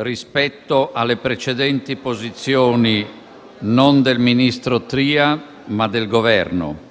rispetto alle precedenti posizioni non del ministro Tria, ma del Governo.